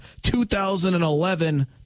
2011